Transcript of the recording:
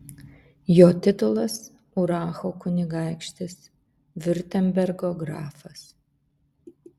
jo titulas uracho kunigaikštis viurtembergo grafas